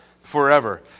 forever